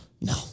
No